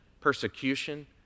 persecution